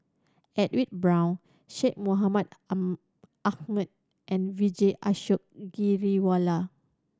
Edwin Brown Syed Mohamed Ahmed and Vijesh Ashok Ghariwala